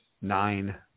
nine